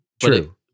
True